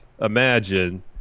imagine